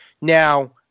Now